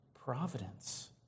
providence